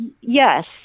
Yes